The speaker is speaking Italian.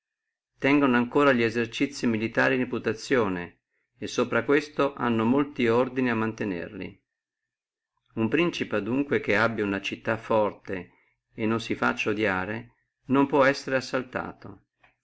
tengono ancora li esercizii militari in reputazione e sopra questo hanno molti ordini a mantenerli uno principe adunque che abbi una città forte e non si facci odiare non può essere assaltato